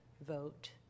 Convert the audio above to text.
vote